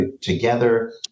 together